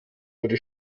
wurde